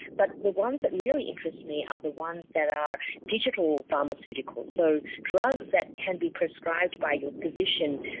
but the ones that really interest me are the ones that are digital pharmaceuticals, so drugs that can be prescribed by your physician,